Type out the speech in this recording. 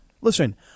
listen